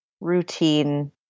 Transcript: routine